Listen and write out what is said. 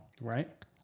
right